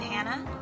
Hannah